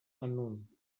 unknown